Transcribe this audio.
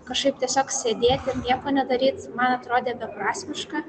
kažkaip tiesiog sėdėt ir nieko nedaryt man atrodė beprasmiška